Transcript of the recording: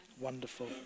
Wonderful